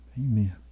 amen